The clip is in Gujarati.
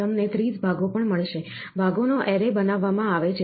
તમને 30 ભાગો પણ મળશે ભાગોનો એરે બનાવવામાં આવે છે